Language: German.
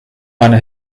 eine